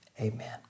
amen